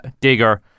digger